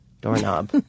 Doorknob